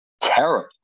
terrible